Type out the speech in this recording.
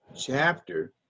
chapter